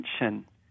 attention